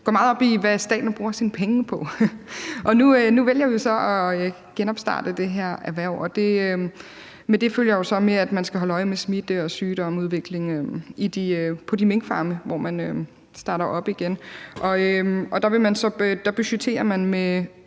går meget op i, hvad staten bruger sine penge på. Nu vælger vi så at genopstarte det her erhverv, og med det følger jo så, at der skal holdes øje med smitte og sygdomsudvikling på de minkfarme, hvor man starter op igen, og der budgetteres med